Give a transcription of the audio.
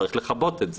צריך לכבות את זה,